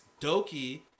Doki